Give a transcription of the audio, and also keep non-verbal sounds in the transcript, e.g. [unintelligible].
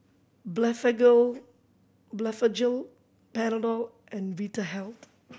[unintelligible] Blephagel Panadol and Vitahealth